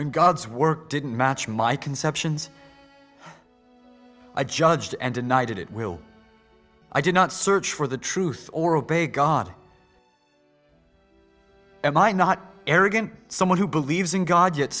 when god's work didn't match my conceptions i judged and ignited it will i do not search for the truth or obey god am i not arrogant someone who believes in god yet